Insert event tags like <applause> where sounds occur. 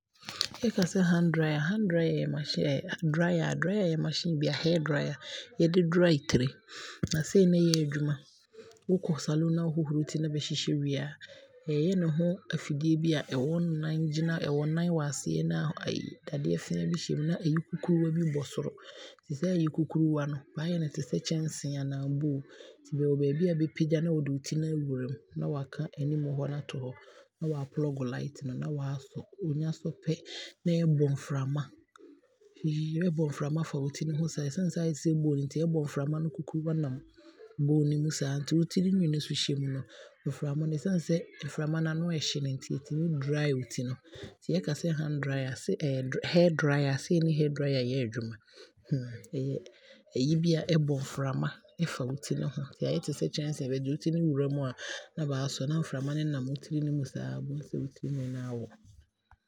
Bɛkasɛ hand drier a, ɛyɛ drier a, drier a ɛyɛ machine bi a hair drier a yɛde dey tire, na sei ne ɛyɛ adwuma, wokɔ salmon ne wokɔ hohoro wo ti mu na bɛhyehyɛ wie a, ayɛ ne ho afidie bi a, ɛwɔ nan gyina aseɛ adeɛ feaa bi hyɛ mu na ayi kukuruwaa bi bɔ so, nti saa ayi kurukuruwa no waayɛ no sɛ ayi, te sɛ kyɛnsee anaa bowl, nti bɛwɔ baabi a bɛpagya ne wo de wo to no aawura mu, na waaka anim no aato hɔ, na waa plug light no na waasɔ. Ɔnya sɔ pɛ, na ɛɛbɔ mframa <noise> ɛbɔ mframa fa wo ti no ho saa, ɛsane sɛ aayɛ sɛ bowl no nti ɛbɔ mframa no kukuruwaa nam bowl no mu saa nti wo tirinwii no nso hyɛ mu no, mframa no no ɛsiane sɛ mframa no ano yɛ hye no nti, ɛtumi dey wo yi no. Nti yɛkasɛ hand drier a, ɛyɛ sɛ hair drier a, sei ne hair drier yɛ adwuma <hesitation> ɛyɛ ayi bi a ɛbɔ mframa ɛfa wo ti no ho, ayɛ te sɛ kyɛnsee nti bɛde wo ti no wura mu a na baasɔ na mframa no nam wo tiri mu saaa wobɛhu sɛ wo tirinwii no aaho.